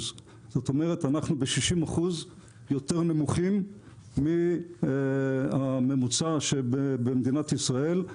זאת אומרת שאנחנו ב-60% יותר נמוכים מהממוצע שבמדינת ישראל,